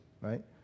right